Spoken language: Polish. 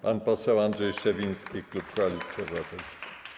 Pan poseł Andrzej Szewiński, klub Koalicji Obywatelskiej.